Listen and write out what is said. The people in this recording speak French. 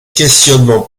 questionnement